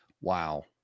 Wow